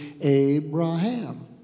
Abraham